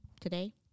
today